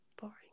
boring